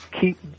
keep